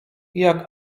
jak